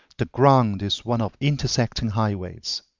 the ground is one of intersecting highways.